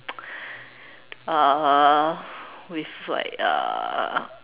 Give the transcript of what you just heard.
uh with like uh